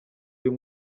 uyu